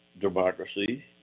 democracy